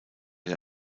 der